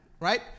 Right